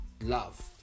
love